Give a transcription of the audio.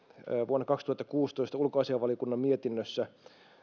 vuonna kaksituhattakuusitoista ulkoasiainvaliokunnan mietinnössä